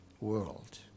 world